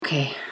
Okay